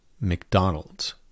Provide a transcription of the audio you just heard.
mcdonald's